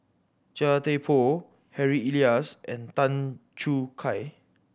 Chia Thye Poh Harry Elias and Tan Choo Kai